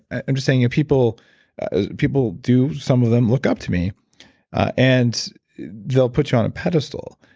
i'm just saying people ah people do, some of them look up to me and they'll put you on a pedestal.